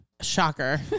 Shocker